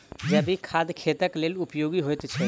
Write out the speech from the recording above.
जैविक खाद खेतक लेल उपयोगी होइत छै